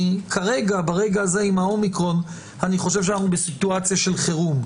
כרגע עם האומיקרון אני חושב שאנחנו בסיטואציה של חירום.